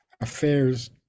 affairs